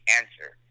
answer